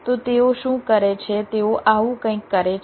તો તેઓ શું કરે છે તેઓ આવું કંઈક કરે છે